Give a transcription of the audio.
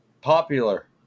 popular